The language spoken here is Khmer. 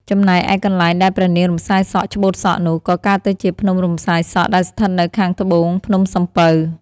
ចំណែកឯកន្លែងដែលព្រះនាងរំសាយសក់ច្បូតសក់នោះ ក៏កើតទៅជា ភ្នំរំសាយសក់ ដែលស្ថិតនៅខាងត្បូងភ្នំសំពៅ។